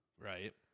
Right